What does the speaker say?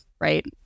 right